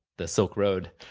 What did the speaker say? the silk road.